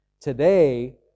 Today